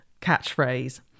catchphrase